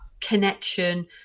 connection